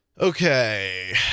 Okay